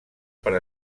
per